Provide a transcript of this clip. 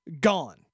gone